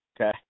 Okay